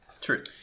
true